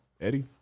Eddie